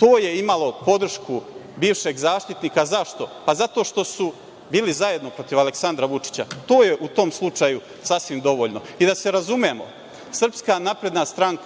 To je imalo podršku bivšeg Zaštitnika. Zašto? Zato što su bili zajedno protiv Aleksandra Vučića. To je u tom slučaju sasvim dovoljno. Da se razumemo, SNS,